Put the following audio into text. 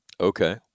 Okay